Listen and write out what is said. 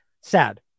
Sad